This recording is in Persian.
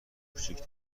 کوچیک